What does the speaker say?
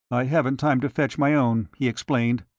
i haven't time to fetch my own, he explained.